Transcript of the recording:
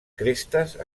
crestes